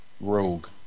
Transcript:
rogue